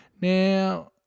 Now